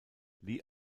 lee